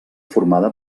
formada